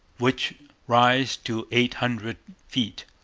which rise to eight hundred feet,